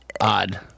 odd